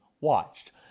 watched